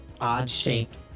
odd-shaped